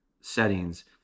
settings